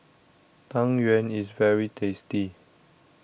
Tang Yuen is very tasty